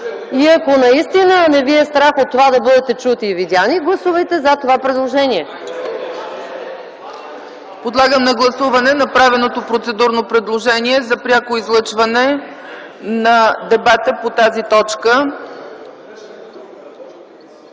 Ако наистина не ви е страх от това да бъдете чути и видени, гласувайте за това предложение.